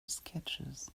sketches